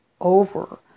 over